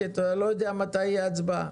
כי אתה לא יודע מתי יהיה הצבעה.